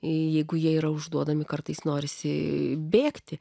jeigu jie yra užduodami kartais norisi bėgti